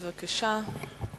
בבקשה.